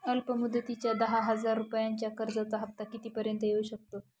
अल्प मुदतीच्या दहा हजार रुपयांच्या कर्जाचा हफ्ता किती पर्यंत येवू शकतो?